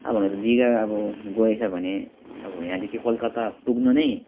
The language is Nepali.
अब हुन त दिघा अब गए छ भने अब यहाँदेखि कलकत्ता पुग्नु नै